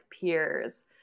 peers